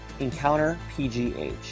EncounterPGH